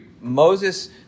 Moses